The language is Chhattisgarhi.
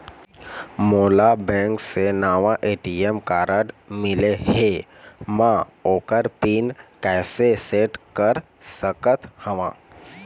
मोला बैंक से नावा ए.टी.एम कारड मिले हे, म ओकर पिन कैसे सेट कर सकत हव?